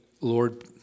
Lord